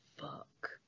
Fuck